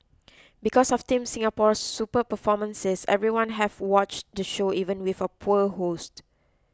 because of Team Singapore's superb performances everyone have watch the show even with a poor host